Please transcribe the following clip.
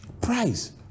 Price